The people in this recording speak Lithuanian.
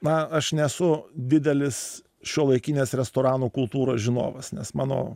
na aš nesu didelis šiuolaikinės restoranų kultūros žinovas nes mano